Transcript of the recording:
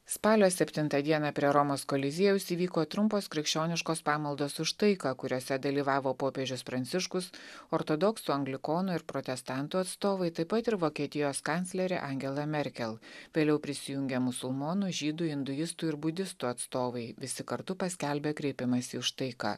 spalio septintą dieną prie romos koliziejaus įvyko trumpos krikščioniškos pamaldos už taiką kuriose dalyvavo popiežius pranciškus ortodoksų anglikonų ir protestantų atstovai taip pat ir vokietijos kanclerė angela merkel vėliau prisijungė musulmonų žydų induistų ir budistų atstovai visi kartu paskelbė kreipimąsi už taiką